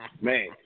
Man